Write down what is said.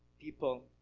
People